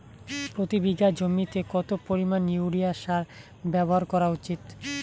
প্রতি বিঘা জমিতে কত পরিমাণ ইউরিয়া সার ব্যবহার করা উচিৎ?